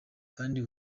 kandi